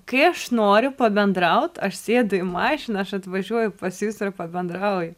kai aš noriu pabendraut aš sėdu į mašiną aš atvažiuoju pas jus ir pabendrauju